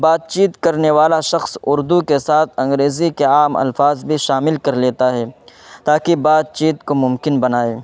بات چیت کرنے والا شخص اردو کے ساتھ انگریزی کے عام الفاظ بھی شامل کر لیتا ہے تاکہ بات چیت کو ممکن بنائے